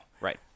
Right